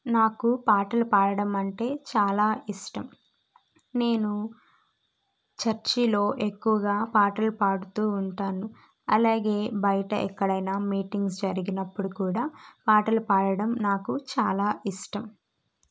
నాకు పాటలు పాడడం అంటే చాలా ఇష్టం నేను చర్చిలో ఎక్కువగా పాటలు పాడుతూ ఉంటాను అలాగే బయట ఎక్కడైనా మీటింగ్స్ జరిగినప్పుడు కూడా పాటలు పాడడం నాకు చాలా ఇష్టం